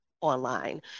Online